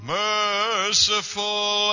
merciful